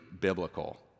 biblical